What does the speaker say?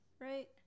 Right